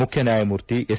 ಮುಖ್ಯ ನ್ಯಾಯಮೂರ್ತಿ ಎಸ್